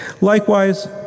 Likewise